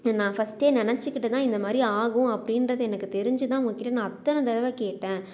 நான் ஃபர்ஸ்டே நினச்சிக்குட்டுதான் இந்தமாதிரி ஆகும் அப்படீன்றது எனக்கு தெரிஞ்சு தான் உங்கள்கிட்ட நான் அத்தனை தடவை கேட்டேன்